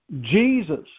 Jesus